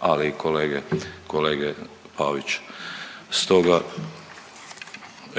ali i kolega Pavić. Stoga